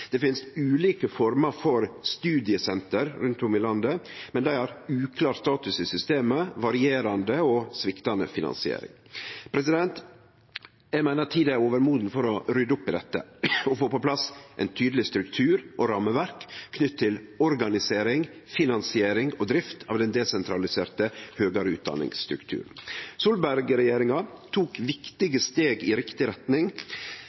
Det finst ulike former for studiesenter rundt om i landet, men dei har uklar status i systemet og varierande og sviktande finansiering. Eg meiner at tida er overmoden for å rydje opp i dette og få på plass ein tydeleg struktur og rammeverk knytt til organisering, finansiering og drift av den desentraliserte høgare utdanningsstrukturen. Solberg-regjeringa tok viktige steg i riktig retning